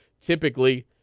typically